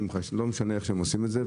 לא משנה איך הם עושים את זה.